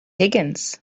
higgins